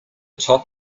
top